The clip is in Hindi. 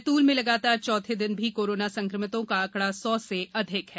बैतूल में लगातार चौथे दिन भी कोरोना संक्रमितों का आंकड़ा सौ से अधिक है